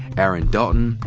aaron dalton,